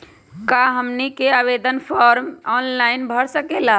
क्या हमनी आवेदन फॉर्म ऑनलाइन भर सकेला?